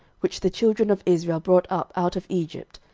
which the children of israel brought up out of egypt,